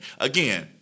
Again